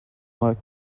work